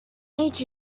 made